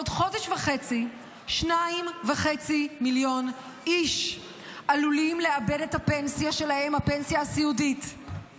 עוד חודש וחצי 2.5 מיליון איש עלולים לאבד את הפנסיה הסיעודית שלהם